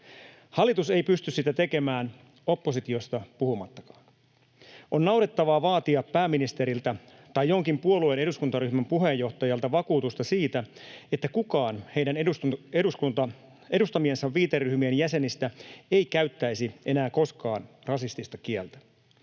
Hallitus ei pysty sitä tekemään, oppositiosta puhumattakaan. On naurettavaa vaatia pääministeriltä tai jonkin puolueen eduskuntaryhmän puheenjohtajalta vakuutusta siitä, että kukaan heidän edustamiensa viiteryhmien jäsenistä ei käyttäisi enää koskaan rasistista kieltä.